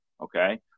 okay